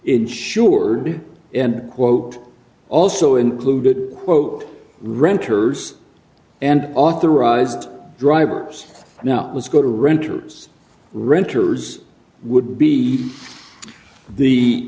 insured and quote also included quote renters and authorized drivers now let's go to renters renters would be the